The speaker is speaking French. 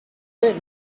faire